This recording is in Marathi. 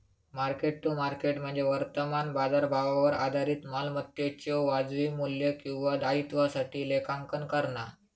मार्क टू मार्केट म्हणजे वर्तमान बाजारभावावर आधारित मालमत्तेच्यो वाजवी मू्ल्य किंवा दायित्वासाठी लेखांकन करणा